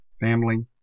family